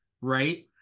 right